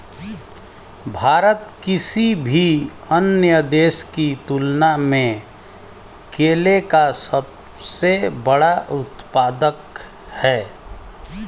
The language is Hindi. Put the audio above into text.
भारत किसी भी अन्य देश की तुलना में केले का सबसे बड़ा उत्पादक है